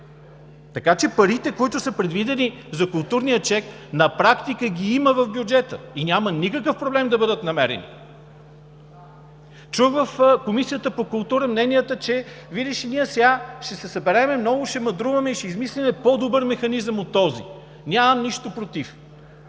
заема. Парите, които са предвидени за културния чек, на практика ги има в бюджета и няма никакъв проблем да бъдат намерени. Чух в Комисията по културата мненията, че, видиш ли, ние сега ще се съберем, много ще мъдруваме и ще измислим по-добър механизъм от този. Нямам нищо против